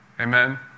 Amen